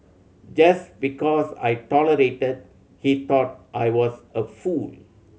just because I tolerated he thought I was a fool